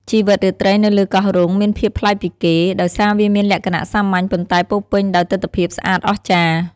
ជីវិតរាត្រីនៅលើកោះរ៉ុងមានភាពប្លែកពីគេ ដោយសារវាមានលក្ខណៈសាមញ្ញ ប៉ុន្តែពោរពេញដោយទិដ្ឋភាពស្អាតអស្ចារ្យ។